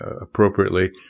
appropriately